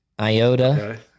IOTA